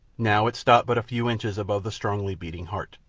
now it stopped but a few inches above the strongly beating heart.